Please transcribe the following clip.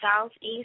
Southeast